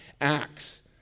Acts